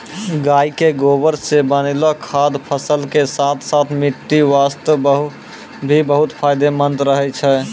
गाय के गोबर सॅ बनैलो खाद फसल के साथॅ साथॅ मिट्टी वास्तॅ भी बहुत फायदेमंद रहै छै